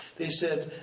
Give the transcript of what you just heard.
they said,